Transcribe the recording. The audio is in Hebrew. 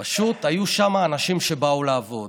פשוט היו שם אנשים שבאו לעבוד.